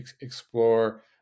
explore